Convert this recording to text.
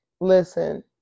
Listen